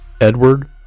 Edward